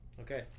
Okay